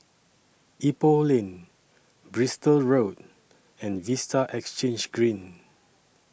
Ipoh Lane Bristol Road and Vista Exhange Green